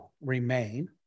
remain